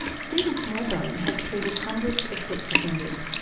stephen smallbone has treated hundreds of sex offenders.